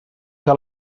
que